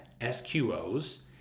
SQOs